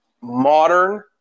modern